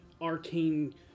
arcane